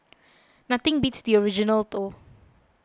nothing beats the original though